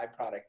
byproduct